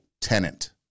tenant